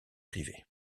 privée